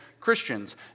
Christians